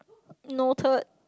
noted